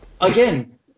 again